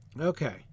okay